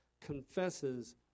confesses